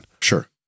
Sure